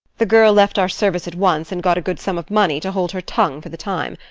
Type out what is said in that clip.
the girl left our service at once, and got a good sum of money to hold her tongue for the time.